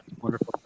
Wonderful